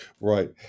Right